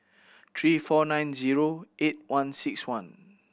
three four nine zero eight one six one